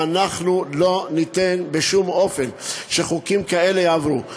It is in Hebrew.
ואנחנו לא ניתן בשום אופן שחוקים כאלה יעברו.